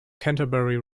canterbury